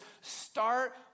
start